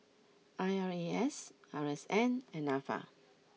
I R A S R S N and Nafa